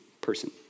person